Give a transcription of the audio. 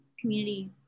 community